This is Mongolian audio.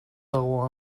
дагуу